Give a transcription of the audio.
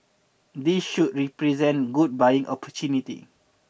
this should represent good buying opportunity